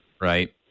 right